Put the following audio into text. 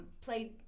played